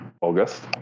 August